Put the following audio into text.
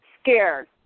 scared